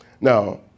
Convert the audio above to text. Now